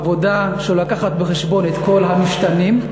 עבודה שמביאה בחשבון את כל המשתנים,